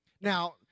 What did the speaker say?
Now